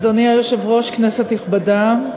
אדוני היושב-ראש, כנסת נכבדה,